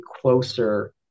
closer